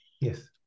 Yes